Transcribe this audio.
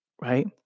right